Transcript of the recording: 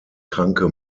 kranke